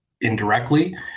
indirectly